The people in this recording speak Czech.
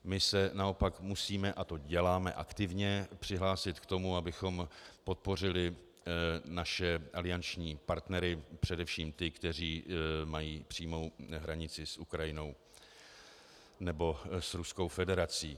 My se naopak musíme, a to děláme aktivně, přihlásit k tomu, abychom podpořili naše alianční partnery, především ty, kteří mají přímou hranici s Ukrajinou nebo s Ruskou federací.